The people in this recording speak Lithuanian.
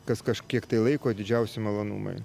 kas kažkiek tai laiko didžiausi malonumai